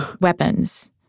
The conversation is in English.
weapons